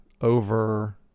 over